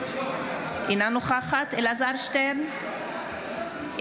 אינה נוכחת אלעזר שטרן,